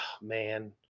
man